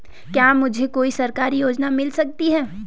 क्या मुझे कोई सरकारी योजना मिल सकती है?